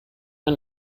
ein